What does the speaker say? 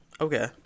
Okay